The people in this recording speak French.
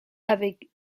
avec